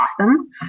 awesome